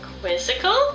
Quizzical